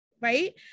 right